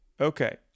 Okay